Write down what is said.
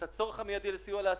את הצורך המידי לסיוע לעסקים.